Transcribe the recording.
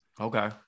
Okay